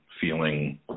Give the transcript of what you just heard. feeling